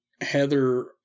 Heather